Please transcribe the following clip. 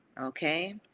okay